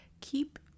keep